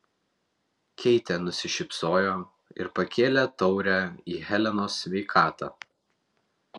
keitė nusišypsojo ir pakėlė taurę į helenos sveikatą